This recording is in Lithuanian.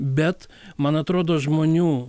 bet man atrodo žmonių